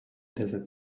desert